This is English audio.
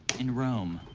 in rome.